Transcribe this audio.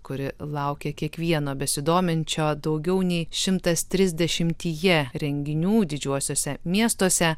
kuri laukia kiekvieno besidominčio daugiau nei šimtas trisdešimtyje renginių didžiuosiuose miestuose